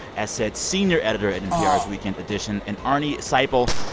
as said, senior editor at npr's weekend edition and arnie seipel,